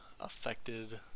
affected